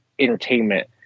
entertainment